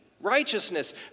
Righteousness